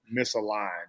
misaligned